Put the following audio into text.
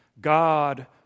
God